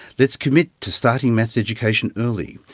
let's commit to starting maths education early.